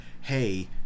hey